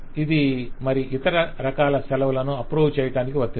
ఇది మరి ఇతర రకాల సెలవులను అప్రూవ్ చేయటానికి వర్తించదు